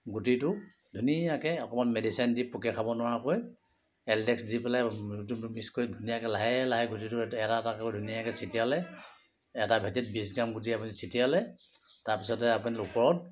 গুটিটো ধুনীয়াকৈ অকণমান মেডিচেন দি পোকে খাব নোৱাৰাকৈ এল ডেক্স দি পেলাই গুটিটোত মিক্স কৰি ধুনীয়াকৈ লাহে লাহে গুটিটো এটা এটাকৈ ধুনীয়াকৈ ছটিয়ালে এটা ভেঁটিত বিছ গ্ৰাম গুটি আপুনি ছটিয়ালে তাৰপিছতে আপুনি ওপৰত